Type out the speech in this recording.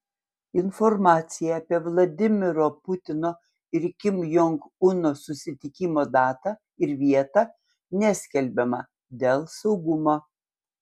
informacija apie vladimiro putino ir kim jong uno susitikimo datą ir vietą neskelbiama dėl saugumo